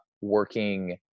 working